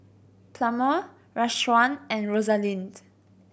Plummer Rashawn and Rosalind